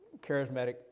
charismatic